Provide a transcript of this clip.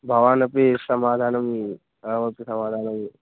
भवतः अपि समाधानम् अहमपि समाधानम्